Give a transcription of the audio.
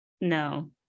no